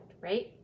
right